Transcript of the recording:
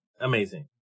Amazing